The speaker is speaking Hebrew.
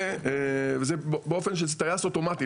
וזה פועל על טייס אוטומטי,